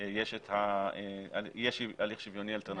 יש הליך שוויוני אלטרנטיבי אחר.